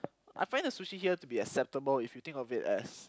I find the sushi here to be acceptable if you think of it as